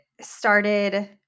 started